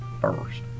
first